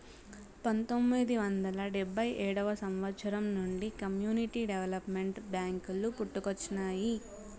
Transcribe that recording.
పంతొమ్మిది వందల డెబ్భై ఏడవ సంవచ్చరం నుండి కమ్యూనిటీ డెవలప్మెంట్ బ్యేంకులు పుట్టుకొచ్చినాయి